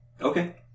Okay